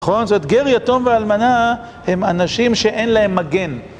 נכון? זאת גר, יתום ואלמנה הם אנשים שאין להם מגן.